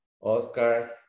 Oscar